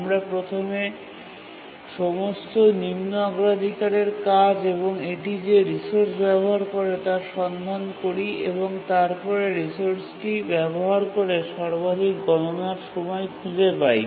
আমরা প্রথমে সমস্ত নিম্ন অগ্রাধিকারের কাজ এবং এটি যে রিসোর্স ব্যবহার করে তা সন্ধান করি এবং তারপরে রিসোর্সটি ব্যবহার করে সর্বাধিক গণনার সময় খুঁজে পাই